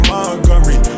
Montgomery